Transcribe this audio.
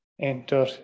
enter